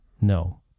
No